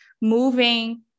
moving